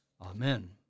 Amen